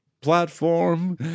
platform